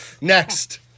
Next